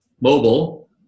mobile